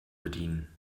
bedienen